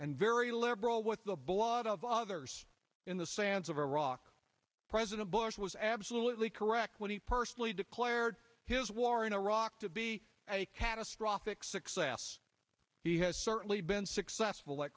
and very liberal with the blood of others in the sands of iraq president bush was absolutely correct when he personally declared his war in iraq to be a catastrophic success he has certainly been successful